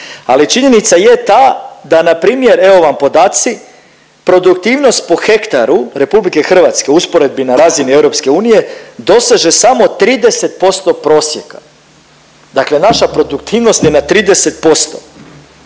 ali činjenica je ta da npr. evo vam podaci produktivnost po hektaru RH u usporedbi na razini EU doseže samo 30% prosjeka. Dakle, naša produktivnost je na 30%,